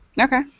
Okay